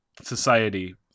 society